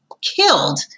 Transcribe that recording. killed